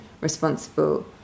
responsible